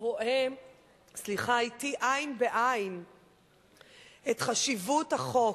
רואה אתי עין ובעין את חשיבות החוק,